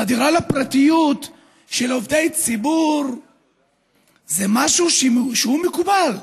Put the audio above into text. חדירה לפרטיות של עובדי ציבור זה משהו שהוא מקובל,